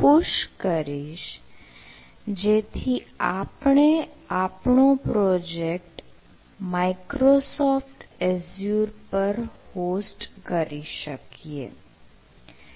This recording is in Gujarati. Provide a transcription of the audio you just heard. push કરીશ જેથી આપણે આપણો પ્રોજેક્ટ માઇક્રોસોફ્ટ એઝ્યુર પર હોસ્ટ કરી શકીએ